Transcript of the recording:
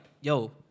yo